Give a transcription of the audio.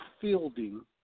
Fielding